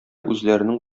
үзләренең